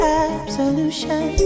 absolution